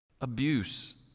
abuse